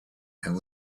and